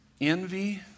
envy